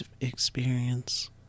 experience